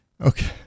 Okay